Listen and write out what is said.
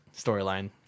storyline